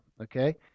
Okay